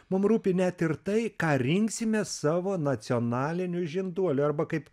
mum rūpi net ir tai ką rinksime savo nacionaliniu žinduoliu arba kaip